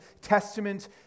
Testament